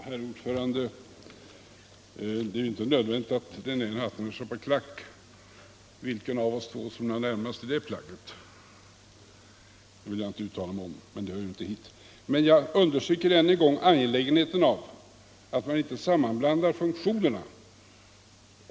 Herr talman! Det är ju inte nödvändigt att den ena hatten är en chapeauclaque. Vilken av oss två som är närmast till att bära den huvudbonaden vill jag inte uttala mig om, och det hör ju heller inte hit. Men jag understryker än en gång angelägenheten av att inte sammanblanda funktionerna.